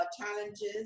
challenges